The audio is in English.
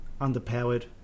Underpowered